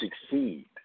succeed